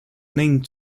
name